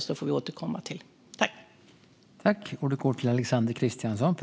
Sedan får vi återkomma till det.